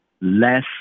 Less